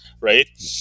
right